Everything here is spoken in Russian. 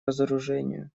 разоружению